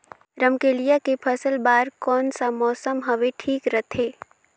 रमकेलिया के फसल बार कोन सा मौसम हवे ठीक रथे?